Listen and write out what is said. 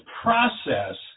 process